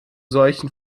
solchen